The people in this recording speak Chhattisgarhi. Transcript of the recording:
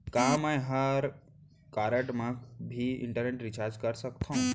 का मैं ह कारड मा भी इंटरनेट रिचार्ज कर सकथो